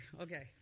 Okay